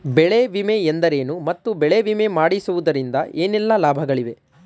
ಬೆಳೆ ವಿಮೆ ಎಂದರೇನು ಮತ್ತು ಬೆಳೆ ವಿಮೆ ಮಾಡಿಸುವುದರಿಂದ ಏನೆಲ್ಲಾ ಲಾಭಗಳಿವೆ?